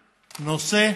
לנושא.